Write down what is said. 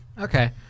Okay